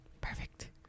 Perfect